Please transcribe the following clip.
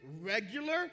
regular